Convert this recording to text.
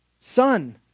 son